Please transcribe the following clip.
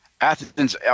Athens